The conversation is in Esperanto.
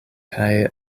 kaj